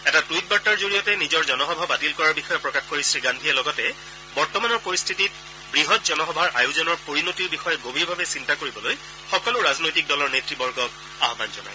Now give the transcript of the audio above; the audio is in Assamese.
এটা টুইট বাৰ্তাৰ জৰিয়তে নিজৰ জনসভা বাতিল কৰাৰ বিষয়ে প্ৰকাশ কৰি শ্ৰীগান্ধীয়ে লগতে বৰ্তমানৰ পৰিস্থিতিত বৃহৎ জনসভাৰ আয়োজনৰ পৰিণতিৰ বিষয়ে গভীৰভাৱে চিন্তা কৰিবলৈ সকলো ৰাজনৈতিক দলৰ নেত়বৰ্গক আহ্বান জনায়